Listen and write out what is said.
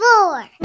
four